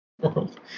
world